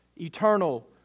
eternal